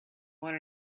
want